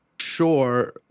Sure